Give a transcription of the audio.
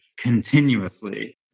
continuously